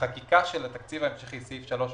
חקיקת תקציב המשכי, סעיף 3(ב)